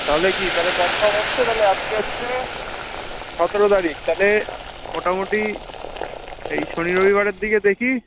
তাহলে কি তাহলে কনফার্ম হচ্ছে তাহলে আজকে হচ্ছে সতেরো তারিখ তাহলে মোটামুটি এই শনি রবিবারের দিকে দেখি